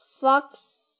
fox